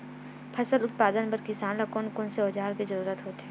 फसल उत्पादन बर किसान ला कोन कोन औजार के जरूरत होथे?